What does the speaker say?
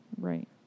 Right